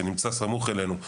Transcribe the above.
שנמצא סמוך אלינו,